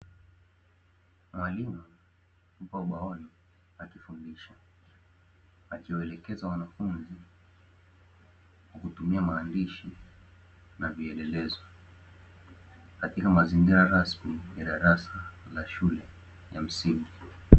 Mwalimu yupo ubaoni akifundisha, akiwaelekeza wanafunzi kwa kutumia maandishi na vielelezo, katika mazingira rasmi ya darasa la shule ya msingi.